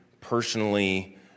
personally